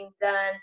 done